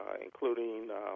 including